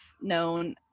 known